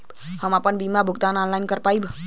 हम आपन बीमा क भुगतान ऑनलाइन कर पाईब?